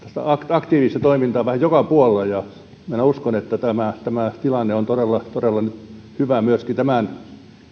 aktiivista toimintaa on vähän joka puolella niin minä uskon että tämä tämä tilanne on todella todella hyvä ja